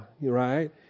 right